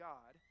God